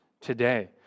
today